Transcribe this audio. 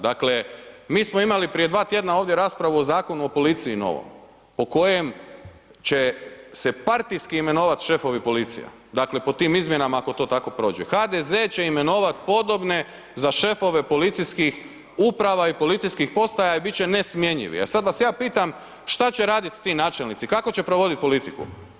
Dakle mi smo imali prije 2 tj. ovdje raspravu o Zakonu o policiji novom po kojem će se partijski imenovat šefovi policije, dakle po tim izmjenama ako to tako prođe, HDZ će imenovati podobne za šefove policijskih uprava i policijskih postaja i bit će nesmjenjivi a sad vas ja pitam, šta će raditi ti načelnici, kako će provoditi politiku?